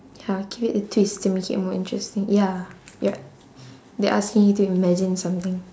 ya give it a twist to make it more interesting ya yup they asking you to imagine something